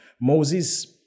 Moses